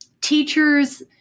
teachers